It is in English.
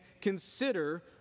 consider